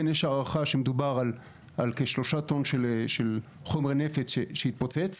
כן יש הערכה שמדובר על כשלושה טון של חומר נפץ שהתפוצץ.